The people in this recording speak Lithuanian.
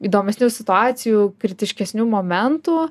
įdomesnių situacijų kritiškesnių momentų